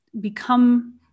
become